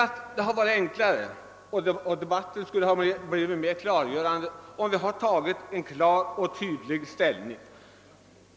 Det hade varit enklare och debatten hade blivit mer upplysande, om man hade intagit en klar ståndpunkt.